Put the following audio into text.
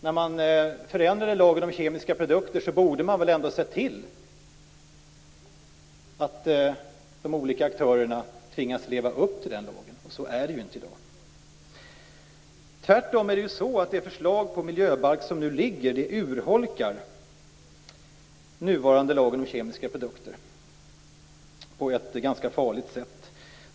När man förändrade lagen om kemiska produkter, borde man väl ändå ha sett till att de olika aktörerna tvingats leva upp till lagen. Så är det inte i dag. Tvärtom är det så att det förslag till miljöbalk som nu ligger framme urholkar den nuvarande lagen om kemiska produkter på ett ganska farligt sätt.